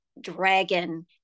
dragon